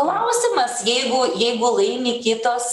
klausimas jeigu jeigu laimi kitos